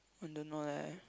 I don't know leh